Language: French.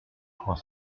trois